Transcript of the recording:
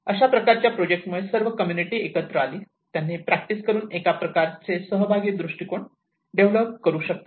अशा प्रकारच्या प्रोजेक्टमुळे सर्व कम्युनिटी एकत्र आली त्यांनी प्रॅक्टिस करून एका प्रकारचे सहभागी दृष्टीकोन डेव्हलप करू शकतात